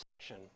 section